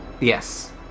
Yes